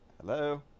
Hello